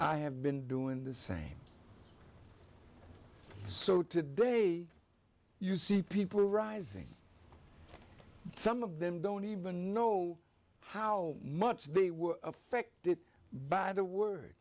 i have been doing the same so today you see people rising some of them don't even know how much they were affected by the word